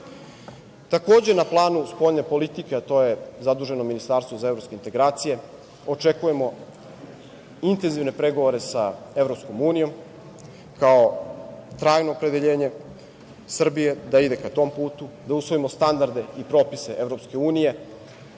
na planu spoljne politike, a to je zaduženo Ministarstvo za evropske integracije. Očekujemo intenzivne pregovore sa EU kao trajno opredeljenje Srbije da ide ka tom putu, da usvojimo standarde i propise EU, jer